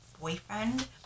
boyfriend